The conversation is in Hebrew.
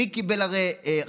והרי מי קיבל חל"ת?